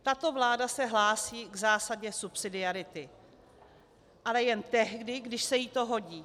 Tato vláda se hlásí k zásadě subsidiarity, ale jen tehdy, když se jí to hodí.